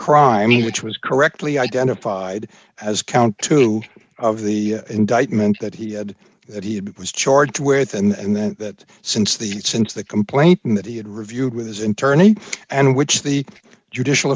crime which was correctly identified as count two of the indictment that he had that he was charged with and then that since the since the complaint in that he had reviewed with his internal and when the judicial